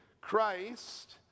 Christ